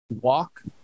walk